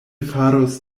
faros